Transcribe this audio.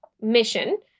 mission